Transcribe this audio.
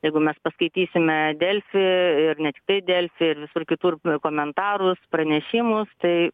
jeigu mes paskaitysime delfi ir ne tiktai delfi ir visur kitur komentarus pranešimus tai